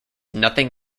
nothing